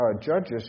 Judges